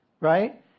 right